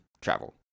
travel